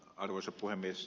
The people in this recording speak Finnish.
arvoisa puhemies